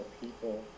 people